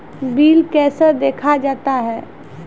Bill कैसे देखा जाता हैं?